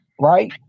right